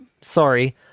sorry